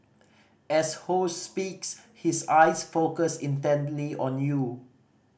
as Ho speaks his eyes focus intently on you